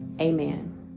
Amen